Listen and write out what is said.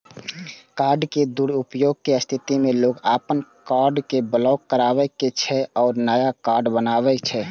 card के दुरुपयोगक स्थिति मे लोग अपन कार्ड कें ब्लॉक कराबै छै आ नया कार्ड बनबावै छै